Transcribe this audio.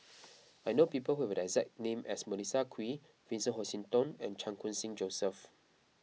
I know people who have the exact name as Melissa Kwee Vincent Hoisington and Chan Khun Sing Joseph